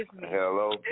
Hello